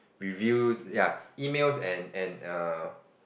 reviews ya emails and and err